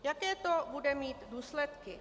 Jaké to bude mít důsledky?